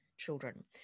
Children